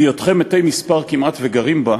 בהיותכם מתי מספר כמעט וגרים בה,